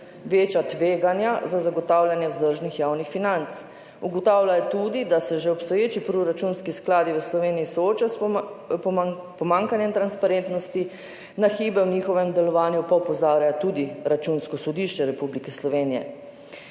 veča tveganje za zagotavljanje vzdržnih javnih financ. Ugotavljajo tudi, da se že obstoječi proračunski skladi v Sloveniji soočajo s pomanjkanjem transparentnosti, na hibe v njihovem delovanju pa opozarja tudi Računsko sodišče Republike Slovenije.